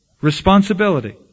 responsibility